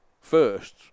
first